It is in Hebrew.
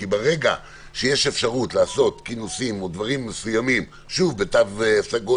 כי ברגע שתהיה אפשרות לעשות כינוסים בתו סגול